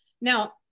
Now